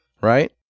Right